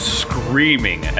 screaming